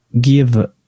give